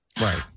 Right